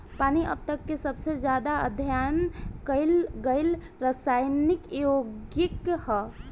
पानी अब तक के सबसे ज्यादा अध्ययन कईल गईल रासायनिक योगिक ह